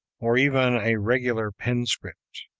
or even a regular pen-script.